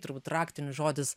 turbūt raktinis žodis